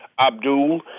Abdul